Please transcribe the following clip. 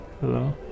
Hello